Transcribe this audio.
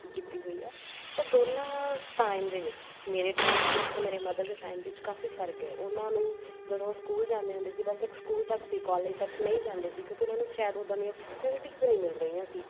ਕੀਤੀ ਹੋਈ ਹੈ ਤਾਂ ਦੋਨਾਂ ਟਾਈਮ ਦੇ ਵਿੱਚ ਮੇਰੇ ਟਾਈਮ ਦੇ ਵਿੱਚ ਅਤੇ ਮੇਰੇ ਮਦਰ ਦੇ ਟਾਈਮ ਦੇ ਵਿੱਚ ਕਾਫੀ ਫਰਕ ਹੈ ਉਹਨਾਂ ਨੂੰ ਜਦੋਂ ਉਹ ਸਕੂਲ ਜਾਂਦੇ ਹੁੰਦੇ ਸੀ ਬਸ ਇੱਕ ਸਕੂਲ ਤੱਕ ਸੀ ਕੋਲੇਜ ਤੱਕ ਨਹੀਂ ਜਾਂਦੇ ਸੀ ਕਿਉਂਕਿ ਉਹਨਾਂ ਨੂੰ ਸ਼ਾਇਦ ਉੱਦਾਂ ਦੀਆਂ ਫੈਸਿਲਿਟੀਜ਼ ਨਹੀਂ ਮਿਲ ਰਹੀਆਂ ਸੀ